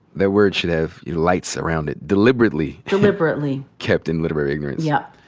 that word should have lights around it. deliberately. deliberately. kept in literary ignorance. yup.